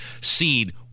seed